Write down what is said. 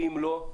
כי אם לא,